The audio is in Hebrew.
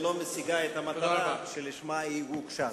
ולא משיגה את המטרה שלשמה היא הוגשה.